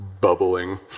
bubbling